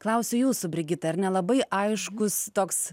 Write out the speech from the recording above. klausiu jūsų brigita ar ne labai aiškus toks